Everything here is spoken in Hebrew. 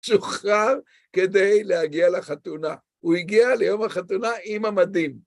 שוחרר כדי להגיע לחתונה, הוא הגיע ליום החתונה עם המדים.